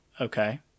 okay